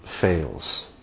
fails